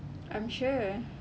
I'm sure